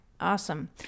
awesome